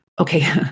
Okay